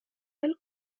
del